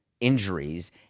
injuries